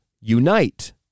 unite